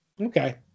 okay